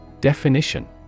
Definition